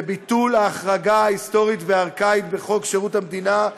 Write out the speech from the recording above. ביטול ההחרגה ההיסטורית והארכאית בחוק שירות המדינה,